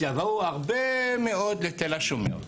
יבואו הרבה מאוד לתל השומר.